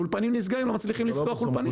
בזמן שאולפנים נסגרים ולא מצליחים לפתוח אולפנים.